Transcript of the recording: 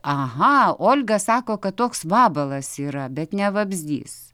aha olga sako kad toks vabalas yra bet ne vabzdys